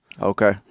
Okay